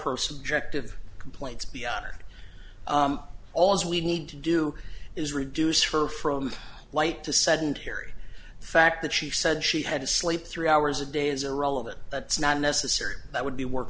her subjective complaints be honored all's we need to do is reduce for from light to sedentary the fact that she said she had to sleep three hours a day is irrelevant that's not necessary that would be wor